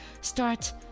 start